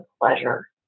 pleasure